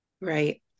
Right